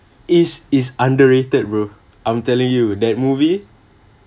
is is underrated bro I'm telling you that movie